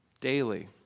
daily